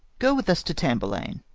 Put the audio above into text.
go with us to tamburlaine,